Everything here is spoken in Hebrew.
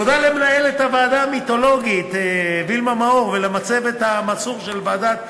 תודה למנהלת הוועדה המיתולוגית וילמה מאור ולצוות המסור של ועדת העבודה,